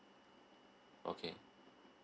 okay